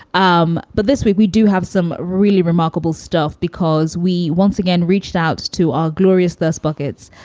um but this week, we do have some really remarkable stuff because we once again reached out to our glorious nurse buckets.